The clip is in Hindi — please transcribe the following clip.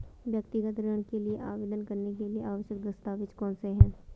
व्यक्तिगत ऋण के लिए आवेदन करने के लिए आवश्यक दस्तावेज़ कौनसे हैं?